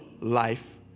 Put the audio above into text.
Life